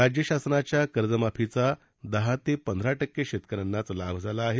राज्य शासनाच्या कर्जमाफीचा दहा ते पंधरा टक्के शेतकऱ्यांनाच लाभ झाला आहे